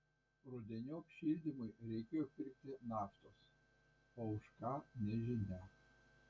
rudeniop šildymui reikėjo pirkti naftos o už ką nežinia